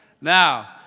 Now